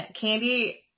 Candy